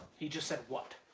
he just said, what?